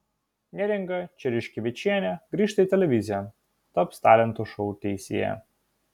neringa čereškevičienė grįžta į televiziją taps talentų šou teisėja